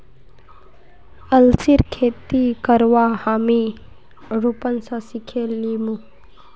अलसीर खेती करवा हामी रूपन स सिखे लीमु